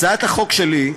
הצעת החוק שלי,